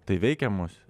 tai veikia mus